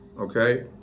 Okay